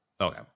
Okay